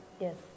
Yes